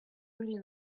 really